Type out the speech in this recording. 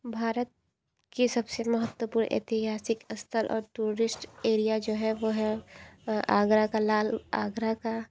भारत की सबसे महत्वपूर्ण ऐतिहासिक स्थल और टूरिस्ट एरिया जो है वो है आगरा का लाल आगरा का